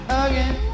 again